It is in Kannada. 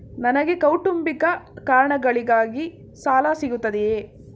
ನನಗೆ ಕೌಟುಂಬಿಕ ಕಾರಣಗಳಿಗಾಗಿ ಸಾಲ ಸಿಗುತ್ತದೆಯೇ?